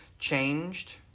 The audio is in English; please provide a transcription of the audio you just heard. changed